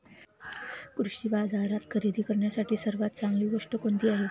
कृषी बाजारात खरेदी करण्यासाठी सर्वात चांगली गोष्ट कोणती आहे?